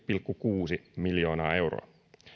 pilkku kuusi miljoonaa euroa